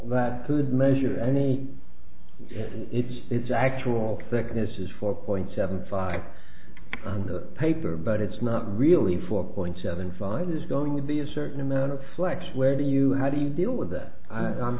that could measure any it's its actual thickness is four point seven five on the paper but it's not really four point seven five is going to be a certain amount of flex where do you how do you deal with that and i'm